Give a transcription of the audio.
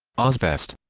ozzfest